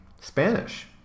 Spanish